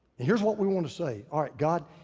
here's what we wanna say, alright, god,